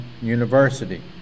University